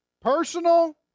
personal